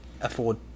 afford